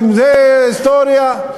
אתם זה, היסטוריה.